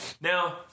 Now